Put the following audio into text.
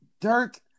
Dirk